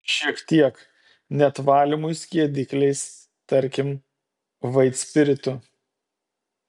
šiek tiek net valymui skiedikliais tarkim vaitspiritu